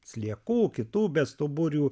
sliekų kitų bestuburių